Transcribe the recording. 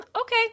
okay